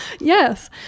yes